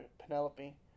Penelope